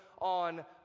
on